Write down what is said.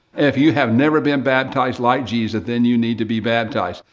if you have never been baptized like jesus, then you need to be baptized.